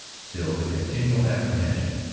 still the continual apprehension,